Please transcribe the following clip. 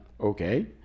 okay